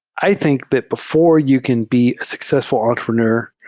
i think that before you can be a successful entrepreneur,